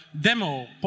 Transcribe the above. demo